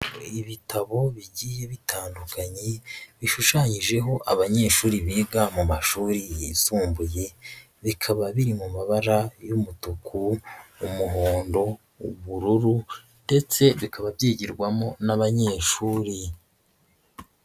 Ibitabo bigiye bitandukanye bishushanyijeho abanyeshuri biga mu mashuri yisumbuye, bikaba biri mu mabara y'umutuku, umuhondo, ubururu ndetse bikaba byigirwamo n'abanyeshuri.